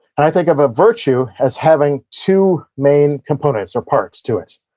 i think of a virtue as having two main components, or parts, to it.